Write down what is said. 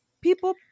people